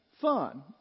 fun